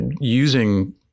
using